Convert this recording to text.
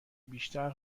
بیشتر